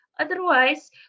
Otherwise